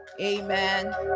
amen